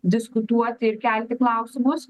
diskutuoti ir kelti klausimus